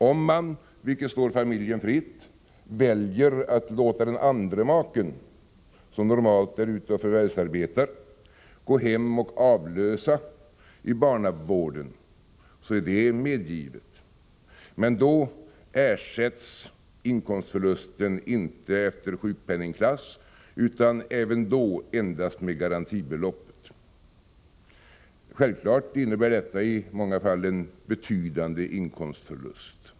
Om man, vilket står familjen fritt, väljer att låta den andra maken, som normalt är ute och förvärvsarbetar, gå hem och avlösa i barnavården, är det medgivet. Men då ersätts inkomstbortfallet inte efter sjukpenningklass utan även då endast med garantibeloppet. Självfallet innebär detta i många fall en betydande inkomstförlust.